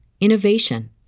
innovation